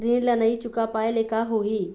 ऋण ला नई चुका पाय ले का होही?